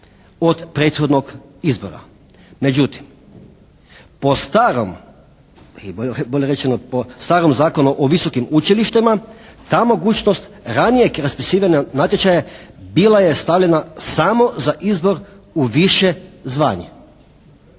po starom ili bolje rečeno po starom Zakonu o visokim učilištima ta mogućnost ranijeg raspisivanja natječaja bila je stavljena samo za izbor u više zvanje.